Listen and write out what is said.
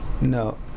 No